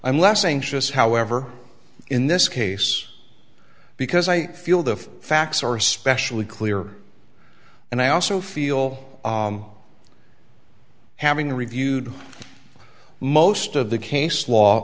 i'm less anxious however in this case because i feel the facts are especially clear and i also feel having reviewed most of the case law